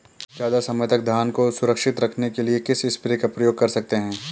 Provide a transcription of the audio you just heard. ज़्यादा समय तक धान को सुरक्षित रखने के लिए किस स्प्रे का प्रयोग कर सकते हैं?